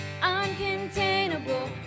uncontainable